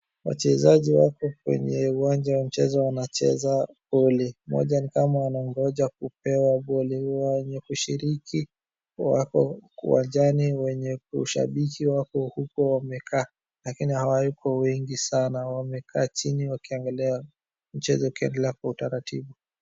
Wachezaji wako kwenye uwanja wa mchezo wanacheza voli. Mmoja ni kama anaongoja kupewa voli. Wenye kushiriki wako uwanjani, wenye kushabiki wako huko wamekaa, lakini hawayuko wengi sana. Wamekaa chini wakiangalia mchezo ukiendelea kwa utaratibu.